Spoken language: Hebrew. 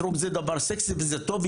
סטרוק זה דבר סקסי וזה טוב,